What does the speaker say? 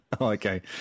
Okay